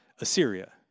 Assyria